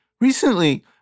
Recently